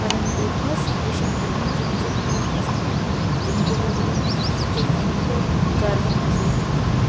परंतु बहुत सारे शब्द हैं जो मुझे बहुत पसंद हैं जिनको बोलने में मुझे बहुत गर्व महसूस होता है